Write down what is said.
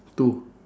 two